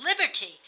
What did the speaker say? liberty